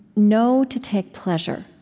know to take pleasure.